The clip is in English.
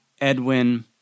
Edwin